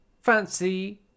fancy